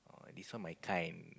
oh this one my kind